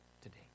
today